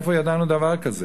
איפה ידענו דבר כזה?